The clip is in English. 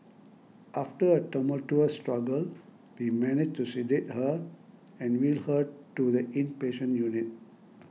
after a tumultuous struggle we managed to sedate her and wheel her to the inpatient unit